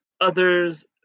others